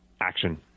Action